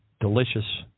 delicious